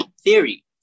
theory